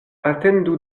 atendu